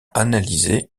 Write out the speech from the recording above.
analyser